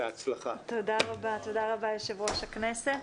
תודה רבה יו"ר הכנסת.